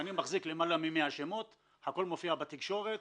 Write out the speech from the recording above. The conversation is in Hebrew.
אני מחזיק למעלה מ-100 שמות, הכול מופע בתקשורת.